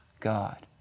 God